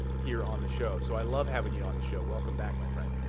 here on the show. so i love having you on the show. welcome back, my friend.